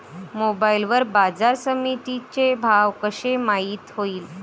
Mobile वर बाजारसमिती चे भाव कशे माईत होईन?